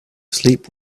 sleep